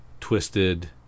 twisted